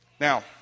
Now